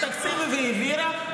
תקציב היא העבירה,